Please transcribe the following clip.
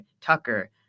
tucker